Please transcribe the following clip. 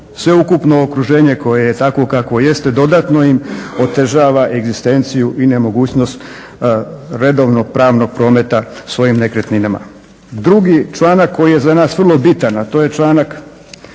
sveukupno okruženje koje je takvo kakvo jeste dodatno im otežava egzistenciju i nemogućnost redovnog pravnog prometa svojim nekretninama. Drugi članak koji je za nas vrlo bitan a to je članak